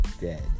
dead